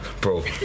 Bro